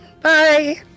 Bye